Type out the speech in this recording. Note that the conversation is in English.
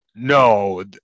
No